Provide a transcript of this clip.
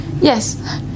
yes